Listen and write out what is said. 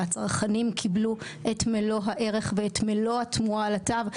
הצרכנים קיבלו את מלוא הערך ואת מלוא התמורה על התו.